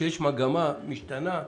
כאשר יש מגמה שמשתנה,